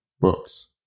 books